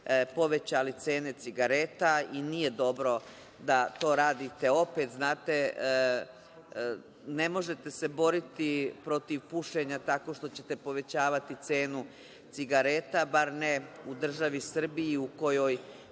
povećali cene cigareta i nije dobro da to radite opet. Znate, ne možete se boriti protiv pušenja tako što ćete povećavati cenu cigareta, bar ne u državi Srbiji u kojoj